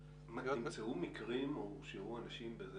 נמצאו מקרים או הורשעו אנשים בזה